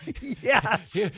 Yes